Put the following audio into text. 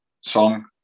song